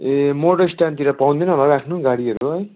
ए motor स्ट्यान्डतिर पाउँदैन होला राख्नु गाडीहरू है